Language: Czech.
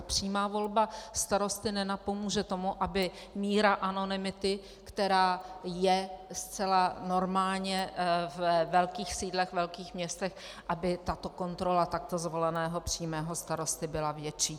Přímá volba starosty nenapomůže tomu, aby míra anonymity, která je zcela normálně ve velkých sídlech, velkých městech, aby kontrola takto zvoleného přímého starosty byla větší.